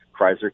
Chrysler